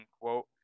quote